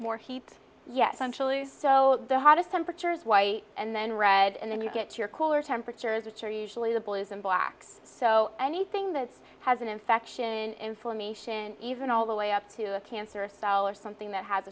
more heat yet centrally so the hottest temperatures white and then red and then you get your cooler temperatures which are usually the blues and black so anything that has an infection inflammation even all the way up to a cancer cell or something that has